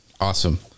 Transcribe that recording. Awesome